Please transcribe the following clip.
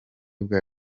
bwa